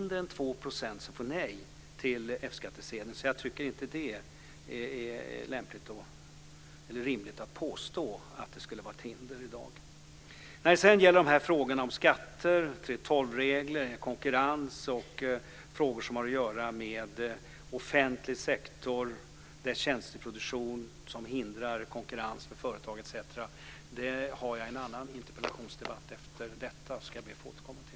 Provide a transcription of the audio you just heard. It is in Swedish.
Därför tycker jag inte att det är rimligt att påstå att det skulle vara ett hinder i dag. När det sedan gäller frågorna om skatter, 3:12 regler, konkurrens och frågor som har att göra med offentlig sektor och tjänsteproduktion som hindrar konkurrens med företag etc. har jag en annan interpellationsdebatt efter detta, så det ska jag be att få återkomma till.